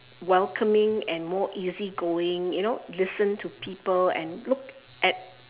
welcoming and more easy going you know listen to people and look at